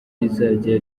rizajya